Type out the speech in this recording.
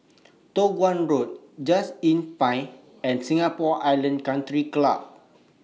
Toh Guan Road Just Inn Pine and Singapore Island Country Club